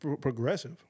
progressive